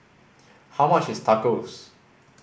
how much is Tacos